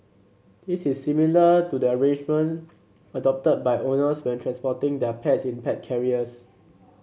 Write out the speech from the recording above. this is similar to the arrangement adopted by owners when transporting their pets in pet carriers